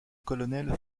colonel